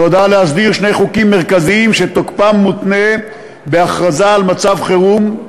שנועדה להסדיר שני חוקים מרכזיים שתוקפם מותנה בהכרזה על מצב חירום: